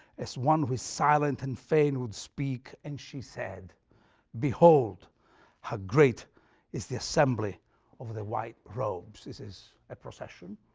as one who is silent and fain would speak, and she said behold how great is the assembly of the white robes this is a procession,